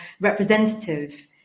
representative